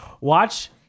watch